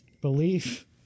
belief